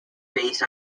based